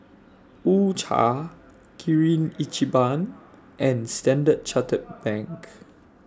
U Cha Kirin Ichiban and Standard Chartered Bank